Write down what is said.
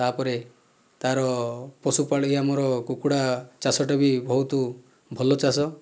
ତାପରେ ତାର ପଶୁପାଳି ଆମର କୁକୁଡ଼ା ଚାଷଟେ ବି ବହୁତ ଭଲ ଚାଷ